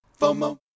FOMO